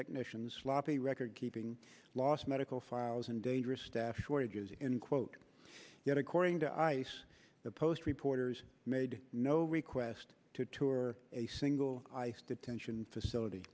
technicians sloppy recordkeeping lost medical files and dangerous staff shortages in quote yet according to ice the post reporters made no request to tour a single ice detention facility